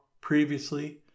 previously